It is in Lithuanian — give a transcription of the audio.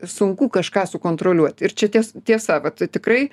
sunku kažką sukontroliuoti ir čia ties tiesa vat tikrai